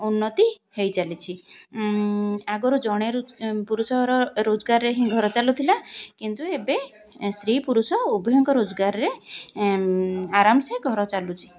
ଉନ୍ନତି ହେଇ ଚାଲିଛି ଆଗରୁ ଜଣେ ପୁରୁଷର ରୋଜଗାରରେ ହିଁ ଘର ଚାଲୁଥିଲା କିନ୍ତୁ ଏବେ ସ୍ତ୍ରୀ ପୁରୁଷ ଉଭୟଙ୍କ ରୋଜଗାରରେ ଆରାମ ସେ ଘର ଚାଲୁଛି